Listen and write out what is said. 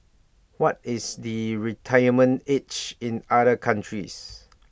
what is the retirement age in other countries